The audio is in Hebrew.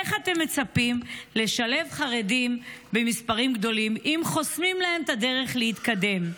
איך אתם מצפים לשלב חרדים במספרים גדולים אם חוסמים להם את הדרך להתקדם?